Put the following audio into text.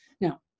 Now